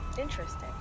Interesting